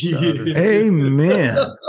Amen